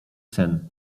sen